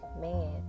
man